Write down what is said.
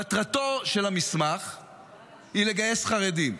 מטרתו של המסמך היא לגייס חרדים.